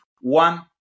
one